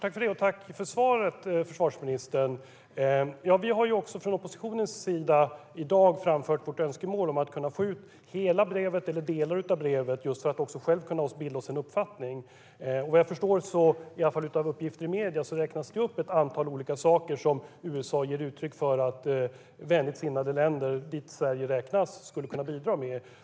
Herr talman! Tack, försvarsministern, för svaret! Vi har från oppositionens sida i dag framfört vårt önskemål om att få ut hela eller delar av brevet för att själva kunna bilda oss en uppfattning. Vad jag förstår, i alla fall av uppgifter i medierna, räknas det upp ett antal olika saker som USA menar att vänligt sinnade länder - dit Sverige räknas - skulle kunde bidra med.